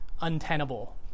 untenable